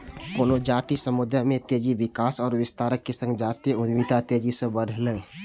कोनो जातीय समुदाय के तेजी सं विकास आ विस्तारक संग जातीय उद्यमिता तेजी सं बढ़लैए